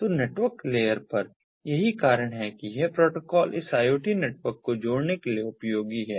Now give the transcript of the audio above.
तो network layer पर यही कारण है कि यह प्रोटोकॉल इस IoT नेटवर्क को जोड़ने के लिए उपयोगी है